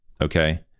okay